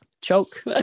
choke